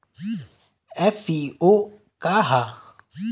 FPO का ह?